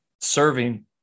serving